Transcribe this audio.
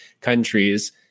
countries